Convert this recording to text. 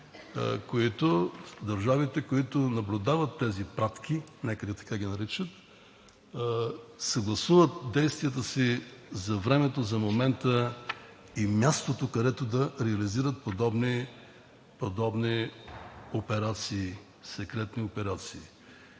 които държавите, които наблюдават тези пратки, някъде така ги наричат, съгласуват действията си за времето, за момента и мястото, където да реализират подобни секретни операции.